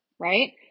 Right